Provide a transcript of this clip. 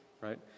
right